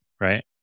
right